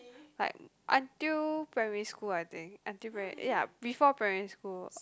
like until primary school I think until pri~ ya before primary school